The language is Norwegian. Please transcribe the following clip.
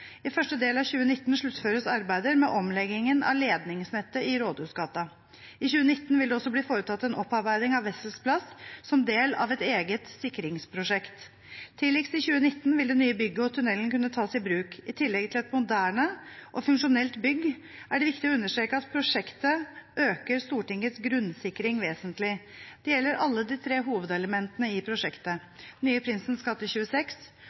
I første del av 2019 sluttføres arbeidet med omleggingen av ledningsnettet i Rådhusgaten. I 2019 vil det også bli foretatt en opparbeiding av Wessels plass, som del av et eget sikringsprosjekt. Tidligst i 2019 vil det nye bygget og tunnelen kunne tas i bruk. I tillegg til at det er et moderne og funksjonelt bygg, er det viktig å understreke at prosjektet øker Stortingets grunnsikring vesentlig. Det gjelder alle de tre hovedelementene i prosjektet – nye Prinsens gate 26,